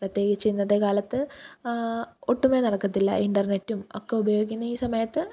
പ്രത്യേകിച്ച് ഇന്നത്തെ കാലത്ത് ഒട്ടുമേ നടക്കത്തില്ല ഇന്റര്നെറ്റും ഒക്കെ ഉപയോഗിക്കുന്ന ഈ സമയത്ത്